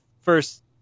first